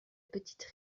petite